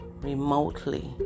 remotely